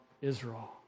Israel